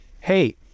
Hey